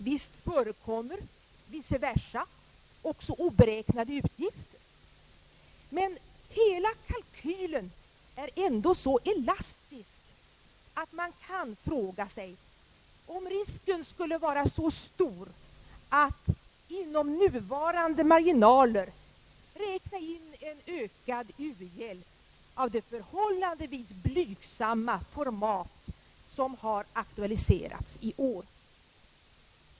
Visst förekommer det vice versa också oberäknade utgifter, men hela kalkylen är ändå så elastisk att man kan fråga sig, om risken skulle vara så stor att inom nuvarande marginaler räkna in en ökad u-hjälp av det förhållandevis blygsamma format som har aktualiserats i år.